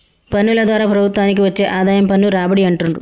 పన్నుల ద్వారా ప్రభుత్వానికి వచ్చే ఆదాయం పన్ను రాబడి అంటుండ్రు